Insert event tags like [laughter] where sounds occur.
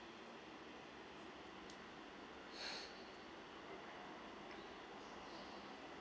[breath]